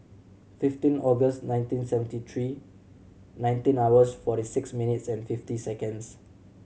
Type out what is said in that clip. fifteen August nineteen seventy three nineteen hours forty six minutes and fifty seconds